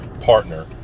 partner